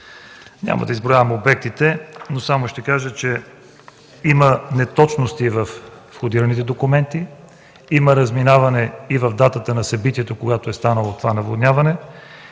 Няма да изброявам обектите. Само ще кажа, че има неточности във входираните документи, има разминаване и в датата на събитието, когато е станало това наводняване.